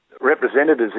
representatives